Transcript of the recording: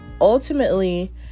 ultimately